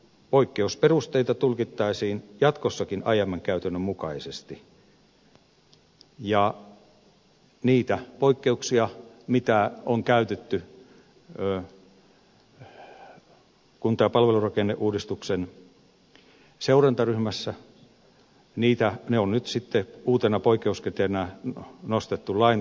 poikkeusperusteita tulkittaisiin jatkossakin aiemman käytännön mukaisesti ja ne poikkeukset joita on käytetty kunta ja palvelurakenneuudistuksen seurantaryhmässä on nyt sitten uutena poikkeuskriteerinä nostettu lain tasolle